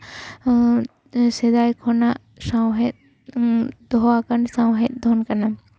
ᱥᱮᱫᱟᱭ ᱠᱷᱚᱱᱟᱜ ᱥᱟᱶᱦᱮᱫ ᱫᱚᱦᱚᱣᱟᱠᱟᱱ ᱥᱟᱶᱦᱮᱫ ᱫᱷᱚᱱ ᱠᱟᱱᱟ